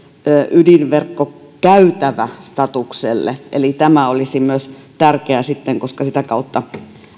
ydinverkkokäytävä statukselle tämä olisi myös tärkeä koska sitä kautta